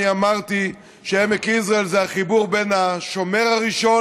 אמרתי שעמק יזרעאל זה החיבור בין השומר הראשון,